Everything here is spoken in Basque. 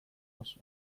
oso